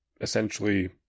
essentially